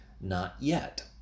not-yet